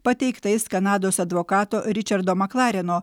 pateiktais kanados advokato ričardo maklareno